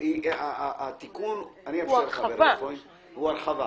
התיקון הוא הרחבה.